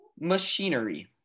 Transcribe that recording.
Machinery